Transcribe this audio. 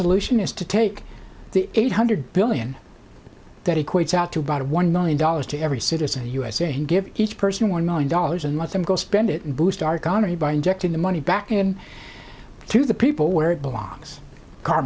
solution is to take the eight hundred billion that equates out to about one million dollars to every citizen usa and give each person one million dollars and let them go spend it and boost our economy by injecting the money back in to the people where it belongs car